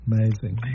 Amazing